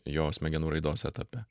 jo smegenų raidos etape